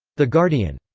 the guardian.